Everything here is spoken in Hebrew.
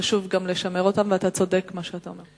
וחשוב לשמר אותה, ואתה צודק במה שאתה אומר.